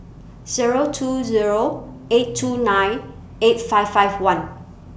Zero two Zero eight two nine eight five five one